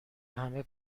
همه